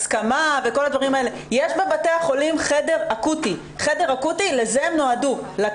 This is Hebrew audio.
יש חדר אקוטי, סליחה.